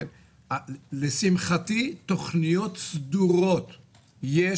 לשמחתי, תוכניות סדורות יש